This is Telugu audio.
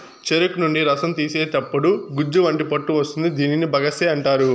చెరుకు నుండి రసం తీసేతప్పుడు గుజ్జు వంటి పొట్టు వస్తుంది దీనిని బగస్సే అంటారు